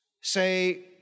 say